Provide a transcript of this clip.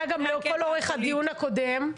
היה גם לכל אורך הדיון הקודם.